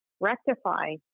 rectify